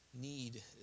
need